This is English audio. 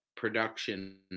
Production